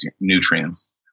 nutrients